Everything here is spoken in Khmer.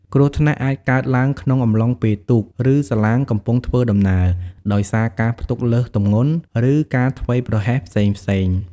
គ្រោះថ្នាក់អាចកើតឡើងក្នុងអំឡុងពេលទូក ឬសាឡាងកំពុងធ្វើដំណើរ ដោយសារការផ្ទុកលើសទម្ងន់ ឬការធ្វេសប្រហែសផ្សេងៗ។